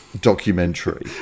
documentary